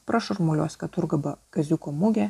prašurmuliuos keturguba kaziuko mugė